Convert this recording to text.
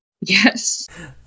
Yes